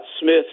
Smith